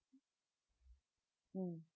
mm